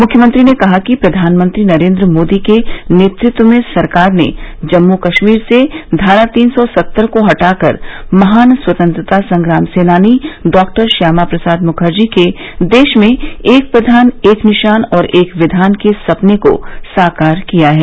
मुख्यमंत्री ने कहा कि प्रधानमंत्री नरेंद्र मोदी के नेतृत्व में सरकार ने जम्मू कश्मीर से धारा तीन सौ सत्तर को हटाकर महान स्वतंत्रता संग्राम सेनानी डॉक्टर श्यामा प्रसाद मुखर्जी के देश में एक प्रघान एक निशान और एक विघान के सपने को साकार किया है